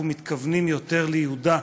אנחנו מתכוונים יותר ליהודה,